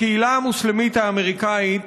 הקהילה המוסלמית האמריקנית